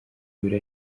abiri